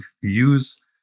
use